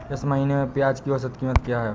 इस महीने में प्याज की औसत कीमत क्या है?